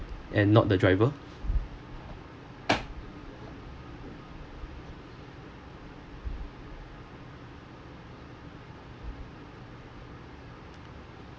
and not the driver